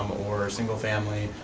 or a single family,